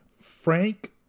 Frank